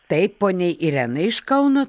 taip poniai irenai iš kauno